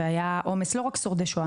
לא רק שורדי שואה,